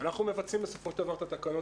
אנחנו מבצעים בסופו של דבר את התקנות,